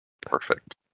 Perfect